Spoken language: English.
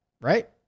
Right